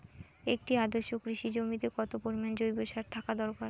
একটি আদর্শ কৃষি জমিতে কত পরিমাণ জৈব সার থাকা দরকার?